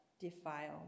defile